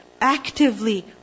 actively